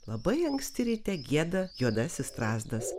labai anksti ryte gieda juodasis strazdas